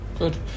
Good